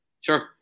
Sure